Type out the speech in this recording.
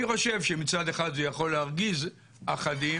אני חושב שמצד אחד זה יכול להרגיז אחדים,